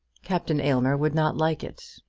captain aylmer would not like it,